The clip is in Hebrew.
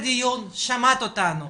ושמעת אותנו.